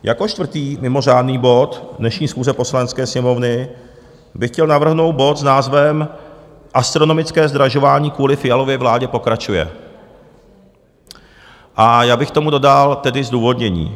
Jako čtvrtý mimořádný bod dnešní schůze Poslanecké sněmovny bych chtěl navrhnout bod s názvem Astronomické zdražování kvůli Fialově vládě pokračuje, a já bych k tomu dodal tedy zdůvodnění.